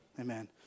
Amen